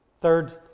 Third